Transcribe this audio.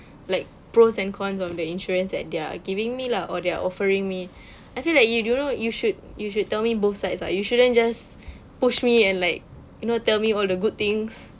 like pros and cons of the insurance that they are giving me lah or they're offering me I feel like you don't know you should you should tell me both sides ah you shouldn't just push me and like you know tell me all the good things